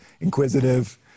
inquisitive